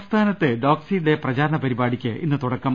സംസ്ഥാനത്ത് doxy day പ്രചാരണ പരിപാടികൾക്ക് തുടക്കമായി